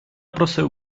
просив